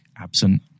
absent